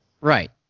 Right